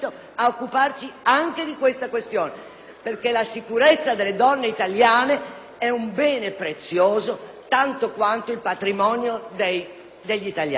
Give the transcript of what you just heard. perché la sicurezza delle donne italiane è un bene prezioso tanto quanto il patrimonio degli italiani.